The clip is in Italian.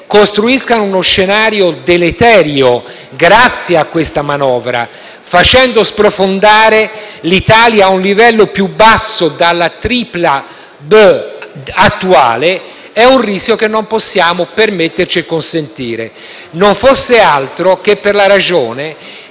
costruiscano uno scenario deleterio grazie a questa manovra, facendo sprofondare l'Italia a un livello più basso della tripla B attuale, è un rischio che non possiamo permetterci e consentire. Non fosse altro perché esistono